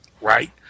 right